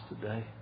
today